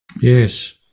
Yes